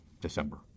December